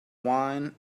wine